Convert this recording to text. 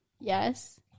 Yes